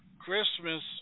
Christmas